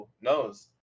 knows